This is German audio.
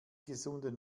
gesunden